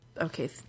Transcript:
Okay